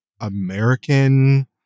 American